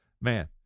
man